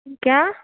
क्या